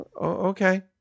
Okay